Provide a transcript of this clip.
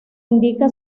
indica